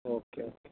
okay okay